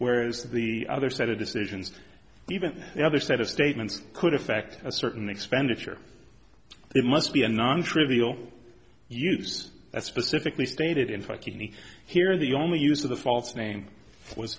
whereas the other set of decisions even the other set of statements could affect a certain expenditure it must be a non trivial use that specifically stated in fucking me here the only use of the false name was